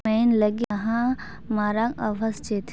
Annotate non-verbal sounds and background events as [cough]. [unintelligible] ᱞᱟᱹᱜᱤᱫ ᱡᱟᱦᱟᱸ ᱢᱟᱨᱟᱝ ᱟᱵᱷᱟᱥ ᱪᱮᱫ